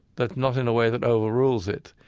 but not in a way that overrules it.